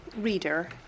reader